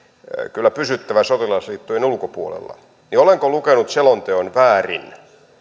kyllä pysyttävä sotilasliittojen ulkopuolella niin olenko lukenut selonteon väärin